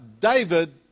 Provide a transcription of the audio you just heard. David